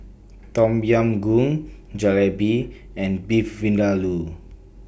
Tom Yam Goong Jalebi and Beef Vindaloo